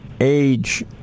age